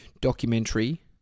documentary